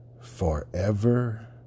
forever